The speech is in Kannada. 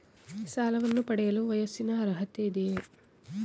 ಸಾಲವನ್ನು ಪಡೆಯಲು ವಯಸ್ಸಿನ ಅರ್ಹತೆ ಇದೆಯಾ?